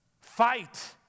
Fight